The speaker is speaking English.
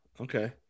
Okay